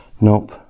Nope